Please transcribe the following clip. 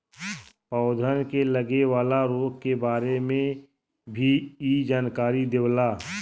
पौधन के लगे वाला रोग के बारे में भी इ जानकारी देवला